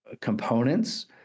components